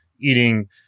eating